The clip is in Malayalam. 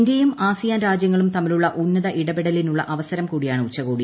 ഇന്ത്യയും ആസിയാൻ രാജ്യങ്ങളും തമ്മിലുള്ള ഉന്നത ഇടപെടലിനുള്ള അവസരം കൂടിയാണ് ഉച്ചകോടി